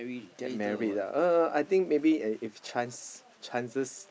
get married ah uh I think maybe if if chance chances